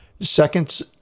Seconds